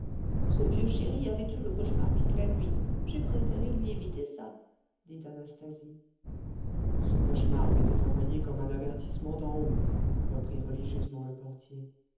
ce vieux chéri avait eu le cauchemar toute la nuit j'ai préféré lui éviter ça dit anastasie ce cauchemar m'était envoyé comme un avertissement d'en haut reprit religieusement le portier